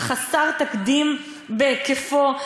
חסר תקדים בהיקפו.